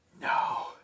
No